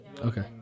Okay